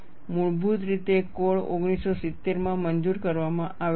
મૂળભૂત રીતે કોડ 1970 માં મંજૂર કરવામાં આવ્યો હતો